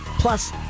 plus